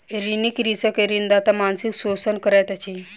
ऋणी कृषक के ऋणदाता मानसिक शोषण करैत अछि